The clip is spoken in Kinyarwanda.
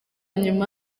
nyuma